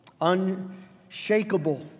unshakable